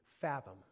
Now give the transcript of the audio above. fathom